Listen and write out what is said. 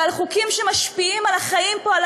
ועל חוקים שמשפיעים על החיים פה,